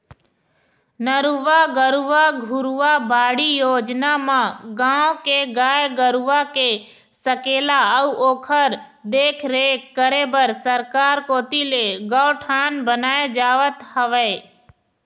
नरूवा, गरूवा, घुरूवा, बाड़ी योजना म गाँव के गाय गरूवा के सकेला अउ ओखर देखरेख करे बर सरकार कोती ले गौठान बनाए जावत हवय